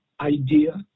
idea